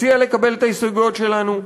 מציע לקבל את ההסתייגויות שלנו.